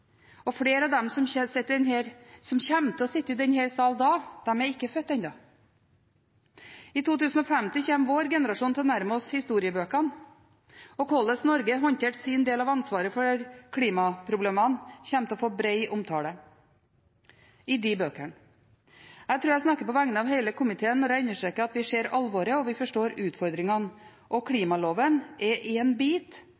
Flere av dem som kommer til å sitte i denne salen da, er ennå ikke født. I 2050 kommer vår generasjon til å nærme seg historiebøkene. Hvordan Norge håndterte sin del av ansvaret for klimaproblemene, kommer til å få bred omtale i de bøkene. Jeg tror jeg snakker på vegne av hele komiteen når jeg understreker at vi ser alvoret og forstår utfordringene. Klimaloven er en bit som kommer til å gi norsk klimainnsats både retning og